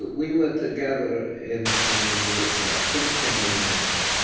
we were together in and the king's canyon national park,